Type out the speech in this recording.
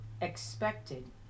expected